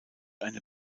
eine